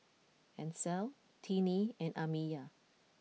Ancel Tinnie and Amiyah